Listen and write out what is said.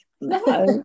No